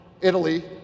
Italy